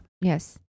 Yes